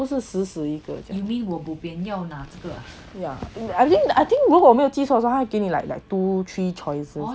不是死死一个 if mean 我 bobian 要拿这个 I mean 如果我没有记错的话他会给你 like two three choices